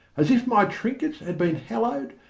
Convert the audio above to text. as if my trinkets had been hallowed,